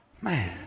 man